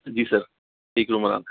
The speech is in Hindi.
जी सर एक रूम बनाना है